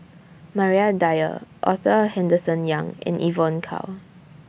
Maria Dyer Arthur Henderson Young and Evon Kow